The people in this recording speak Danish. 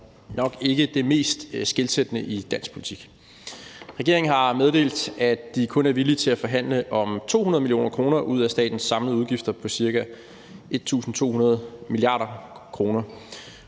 nok ikke bliver det mest skelsættende i dansk politik. Regeringen har meddelt, at den kun er villig til at forhandle om 200 mio. kr. ud af statens samlede udgifter på ca. 1.200 mia. kr.